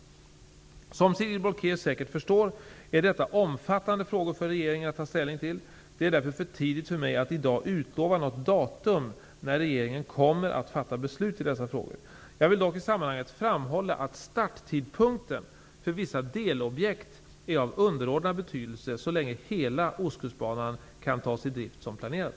Som Sigrid Bolkéus säkert förstår är detta omfattande frågor för regeringen att ta ställning till. Det är därför för tidigt för mig att i dag utlova något datum när regeringen kommer att fatta beslut i dessa frågor. Jag vill dock i sammanhanget framhålla att starttidpunkten för vissa delobjekt är av underordnad betydelse så länge hela Ostkustbanan kan tas i drift som planerat.